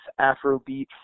Afrobeat